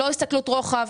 לא הסתכלות רוחב,